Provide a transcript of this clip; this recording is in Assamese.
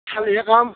কালিহে খাম